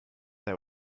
that